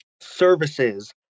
services